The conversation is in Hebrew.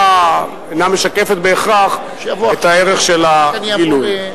אינה משקפת בהכרח את הערך של הגילוי.